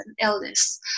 illness